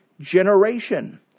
generation